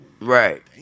Right